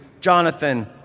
Jonathan